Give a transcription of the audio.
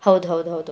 ಹೌದು ಹೌದು ಹೌದು